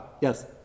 Yes